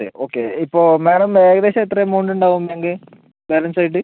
അതെ ഓക്കേ ഇപ്പോൾ മേഡം ഏകദേശം എത്ര എമൗണ്ട് ഇണ്ടാവും ബാങ്ക് ബാലൻസ് ആയിട്ട്